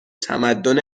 تمدن